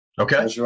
Okay